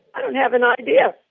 i don't have an idea.